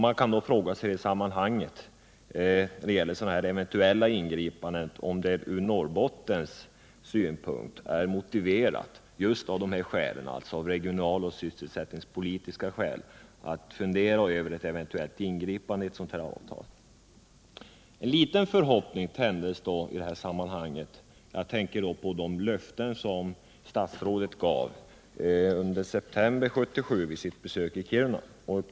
Man kan dock fråga sig varför det inte från Norrbottens synpunkt just av regionaloch sysselsättningspolitiska skäl är motiverat att fundera över ett eventuellt ingripande i ett sådant här avtal. En liten förhoppning tändes dock i detta sammanhang. Jag tänker på de löften som statsrådet gav vid sitt besök i Kiruna i september 1977.